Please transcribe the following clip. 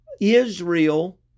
Israel